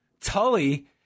Tully